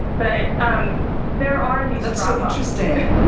but um there are these interesting.